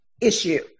issue